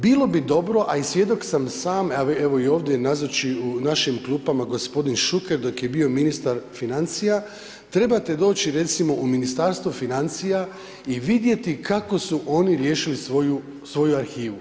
Bilo bi dobro a i svjedok sam same, a evo i ovdje nazoči u našim klupama gospodin Šuker, dok je bio ministar financija trebate doći recimo u Ministarstvo financija i vidjeti kako su oni riješili svoju arhivu.